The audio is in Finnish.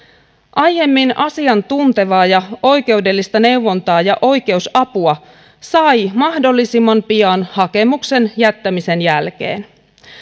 aiemmin asiantuntevaa oikeudellista neuvontaa ja oikeusapua sai mahdollisimman pian hakemuksen jättämisen jälkeen